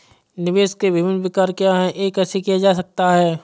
निवेश के विभिन्न प्रकार क्या हैं यह कैसे किया जा सकता है?